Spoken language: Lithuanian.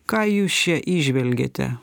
ką jūs čia įžvelgėte